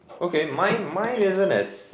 okay mine mine isn't as